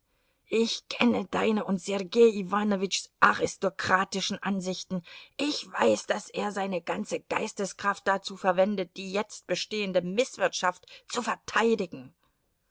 ich kenne deine und sergei iwanowitschs aristokratischen ansichten ich weiß daß er seine ganze geisteskraft dazu verwendet die jetzt bestehende mißwirtschaft zu verteidigen